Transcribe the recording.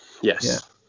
yes